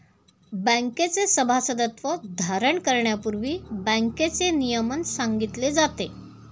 बँकेचे सभासदत्व धारण करण्यापूर्वी बँकेचे नियमन सांगितले जाते